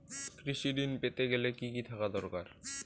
কৃষিঋণ পেতে গেলে কি কি থাকা দরকার?